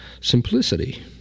simplicity